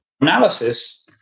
analysis